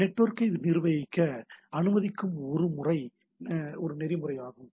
நெட்வொர்க்கை நிர்வகிக்க அனுமதிக்கும் ஒரு நெறிமுறை ஆகும்